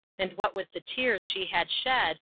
and what with the tears she had shed,